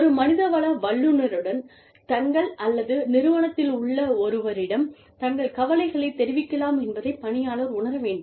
ஒரு மனிதவள வல்லுனருடன் தங்கள் அல்லது நிறுவனத்தில் உள்ள ஒருவரிடம் தங்கள் கவலைகளை தெரிவிக்கலாம் என்பதை பணியாளர் உணர வேண்டும்